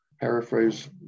paraphrase